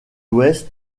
ouest